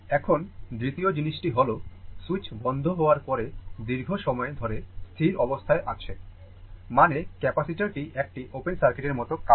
এখন দ্বিতীয় জিনিসটি হল সুইচ বন্ধ হওয়ার পরে দীর্ঘ সময় ধরে স্থির অবস্থায় আছে মানে ক্যাপাসিটার টি একটি ওপেন সার্কিটের মতো কাজ করে